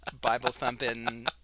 Bible-thumping